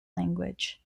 language